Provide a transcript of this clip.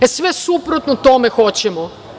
E, sve suprotno tome hoćemo.